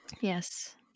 Yes